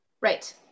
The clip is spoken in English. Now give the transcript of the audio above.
Right